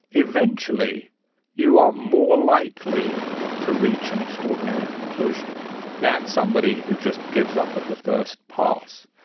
eventually you are more likely to reach an extraordinary conclusion than somebody who just gives up at the first pass.